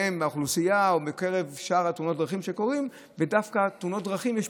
האוכלוסייה או מקרב שאר תאונות הדרכים שקורות.